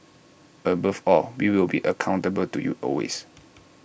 above all we will be accountable to you always